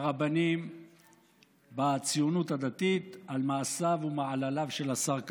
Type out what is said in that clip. הרבנים בציונות הדתית על מעשיו ומעלליו של השר כהנא.